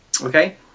Okay